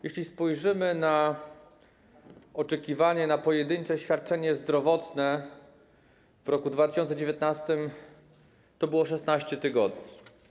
Jeśli spojrzymy na oczekiwanie na pojedyncze świadczenie zdrowotne w roku 2019, to widzimy, że to było 16 tygodni.